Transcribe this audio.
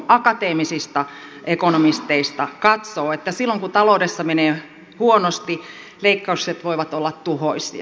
akateemisista ekonomisteista katsoo että silloin kun taloudessa menee huonosti leikkaukset voivat olla tuhoisia